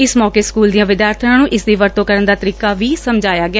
ਇਸ ਮੌਕੇ ਸਕੁਲ ਦੀਆਂ ਵਿਦਿਆਰਬਣਾਂ ਨੂੰ ਇਸ ਦੀ ਵਰਤੋਂ ਕਰਨ ਦਾ ਤਰੀਕਾ ਵੀ ਸਮਝਾਇਆ ਗਿਆ